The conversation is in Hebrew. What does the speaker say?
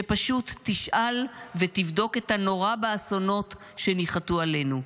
שפשוט תשאל ותבדוק את הנורא באסונות שניחתו עלינו.